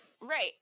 Right